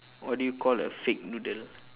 what do you call a fake noodle